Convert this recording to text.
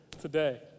today